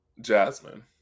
Jasmine